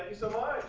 so